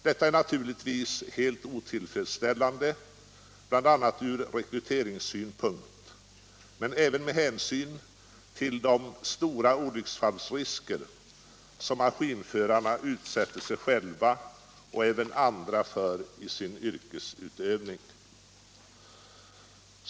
Detta är naturligtvis helt otillfredsställande, bl.a. från rekryteringssynpunkt men även med hänsyn till de stora olycksfallsrisker som maskinförarna utsätter sig själva och även andra för i sin yrkesutövning.